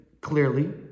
clearly